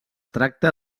tracta